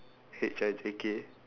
H I J K